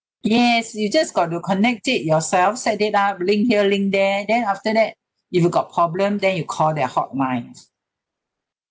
yes you just got to connect it yourself set it up link here link there then after that if you got problem then you call their hotlines